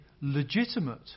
legitimate